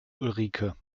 ulrike